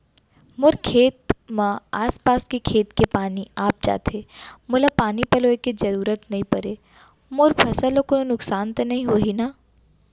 मोर खेत म आसपास के खेत के पानी आप जाथे, मोला पानी पलोय के जरूरत नई परे, मोर फसल ल कोनो नुकसान त नई होही न?